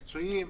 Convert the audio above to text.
פיצויים,